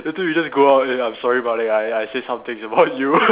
later you just go out eh I'm sorry Malek I I said some things about you